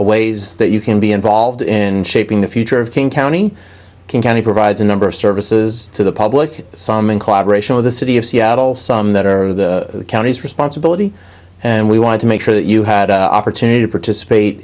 ways that you can be involved in shaping the future of king county king county provides a number of services to the public some in collaboration with the city of seattle some that are the county's responsibility and we wanted to make sure that you had opportunity to participate